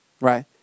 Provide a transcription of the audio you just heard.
right